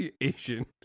Asian